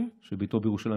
שביתו בירושלים,